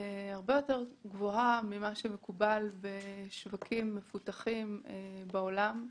הרבה יותר גבוהה ממה שמקובל בשווקים מפותחים בעולם.